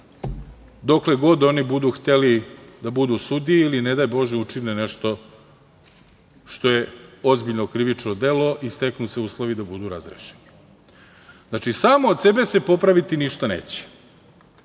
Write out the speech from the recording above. dokle god oni budu hteli da budu sudije ili, ne daj Bože, učine nešto što je ozbiljno krivično delo i steknu se uslovi da budu razrešeni. Znači, samo od sebe se popraviti ništa